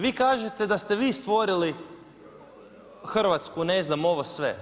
Vi kažete da ste vi stvorili Hrvatsku, ne znam, ovo sve.